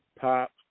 pop